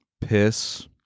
Piss